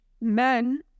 Men